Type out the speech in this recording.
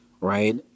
right